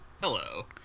Hello